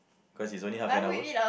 cause it's only half an hour